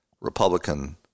Republican